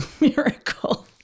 miracle